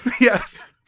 yes